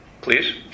Please